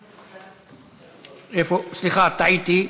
סליחה, טעיתי.